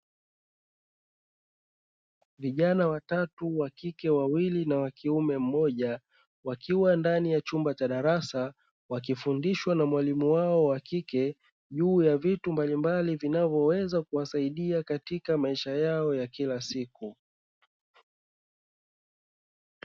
Vijana wa tatu wa kike wawili na wa kiume, mmoja wakiwa ndani ya chumba cha darasa wakifundishwa na mwalimu wao wa kike, juu ya vitu mbalimbali vinavyoweza kuwasaidia katika maisha yao ya kila siku.